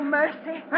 mercy